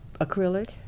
acrylic